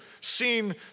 seen